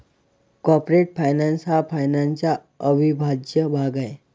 corporate finance हा फायनान्सचा अविभाज्य भाग आहे